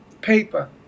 paper